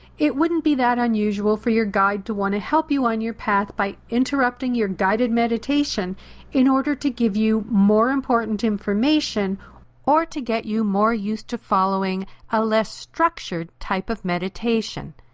it wouldn't be that unusual for your guide to want to help you on your path by interrupting your guided meditation in order to give you more important information or to get you more used to following a less structured type of meditation.